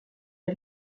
est